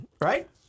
right